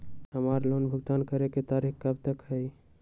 हमार लोन भुगतान करे के तारीख कब तक के हई?